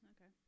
Okay